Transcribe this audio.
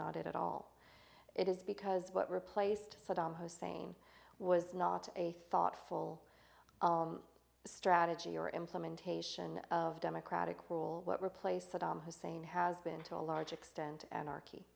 it at all it is because what replaced saddam hussein was not a thoughtful strategy or implementation of democratic rule that replaced saddam hussein has been to a large extent anar